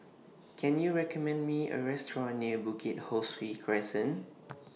Can YOU recommend Me A Restaurant near Bukit Ho Swee Crescent